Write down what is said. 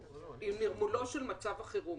נרמולו של מצב החירום.